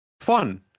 Fun